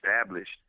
established